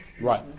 Right